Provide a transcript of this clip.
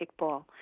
kickball